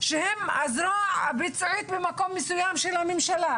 שהן הזרוע הביצועית במקום מסוים של הממשלה,